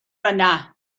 yna